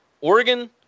Oregon